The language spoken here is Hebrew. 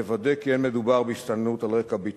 מוודא כי אין מדובר בהסתננות על רקע ביטחוני.